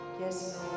Yes